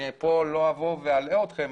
אני פה לא אבוא ואלאה אתכם,